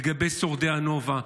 לגבי שורדי הנובה.